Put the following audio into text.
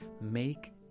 make